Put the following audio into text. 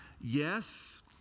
Yes